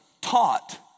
taught